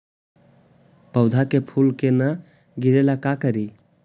पौधा के फुल के न गिरे ला का करि?